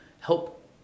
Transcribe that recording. help